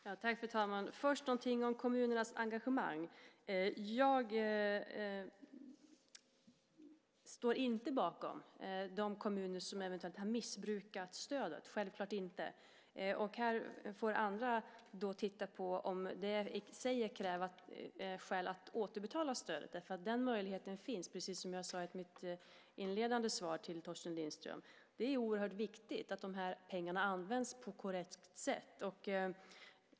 Fru talman! Först vill jag säga något om kommunernas engagemang. Jag står inte bakom de kommuner som eventuellt har missbrukat stödet, självklart inte. Här får andra titta på om det i sig är skäl att återbetala stödet. Den möjligheten finns, precis som jag sade i mitt inledande svar till Torsten Lindström. Det är oerhört viktigt att pengarna används på korrekt sätt.